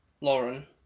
Lauren